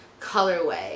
colorway